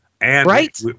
Right